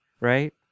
right